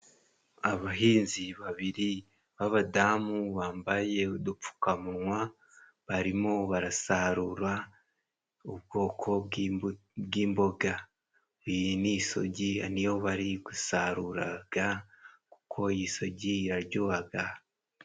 Abahinzi babiri b'abadamu bambaye udupfukamunwa barimo barasarura ubwoko bw'imboga. Iyi ni isogi niyo bari gusaruraga kuko iyi sogi iraryohaga.